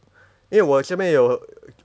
因为我这边有